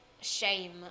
shame